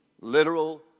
literal